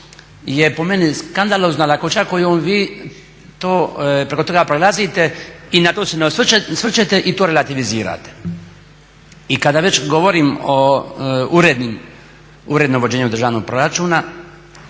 je po meni skandalozno, ali … vi preko toga prelazite i na to ne osvrćete i to relativizirate. I kada već govorim o urednom vođenju državnog proračuna